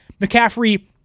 McCaffrey